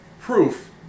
proof